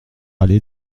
allée